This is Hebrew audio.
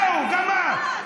זהו, גמר.